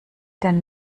dann